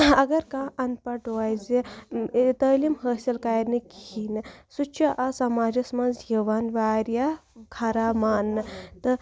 اگر کانٛہہ ان پَڑھ روزِ تعلیٖم حٲصِل کَرِ نہٕ کِہیٖنۍ نہٕ سُہ چھُ آسان مَجلِس منٛز یِوان واریاہ خراب ماننہٕ تہٕ